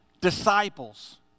disciples